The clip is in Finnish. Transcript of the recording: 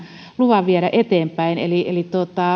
luvan viedä eteenpäin